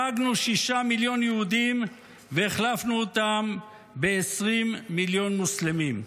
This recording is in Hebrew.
הרגנו שישה מיליון יהודים והחלפנו אותם בעשרים מיליון מוסלמים.